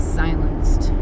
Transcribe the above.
silenced